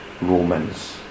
Romans